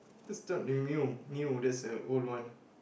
this job new new new that's the old one